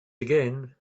again